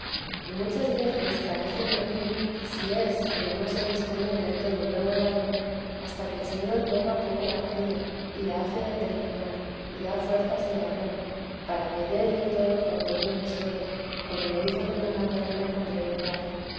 y muchas veces paréceme a mí si es el no se disponer del todo luego el alma hasta que el señor poco a poco la cría y la hace determinar y da fuerzas de varón para que dé del todo con todo en el suelo como lo hizo con la magdalena con brevedad